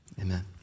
Amen